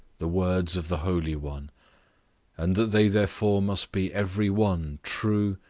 the words of the holy one and that they therefore must be every one true,